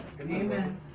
Amen